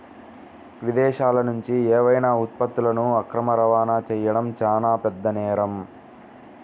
విదేశాలనుంచి ఏవైనా ఉత్పత్తులను అక్రమ రవాణా చెయ్యడం చానా పెద్ద నేరం